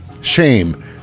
Shame